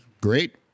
great